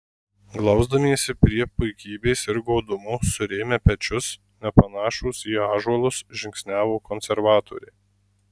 glausdamiesi prie puikybės ir godumo surėmę pečius nepanašūs į ąžuolus žingsniavo konservatoriai